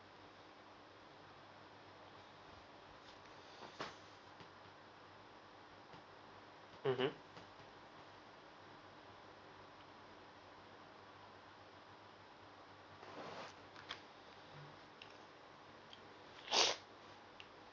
mmhmm